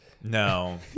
no